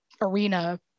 arena